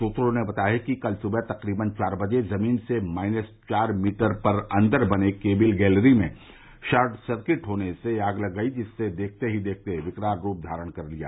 सूत्रों ने बताया है कि कल सुबह तक्रीबन चार बजे जमीन से माइनस चार मीटर पर अंदर बने कोविल गैलरी में शॉर्ट सकिंट होने से आग लग गई जिसने देखते ही देखते विकराल रूप धारण कर लिया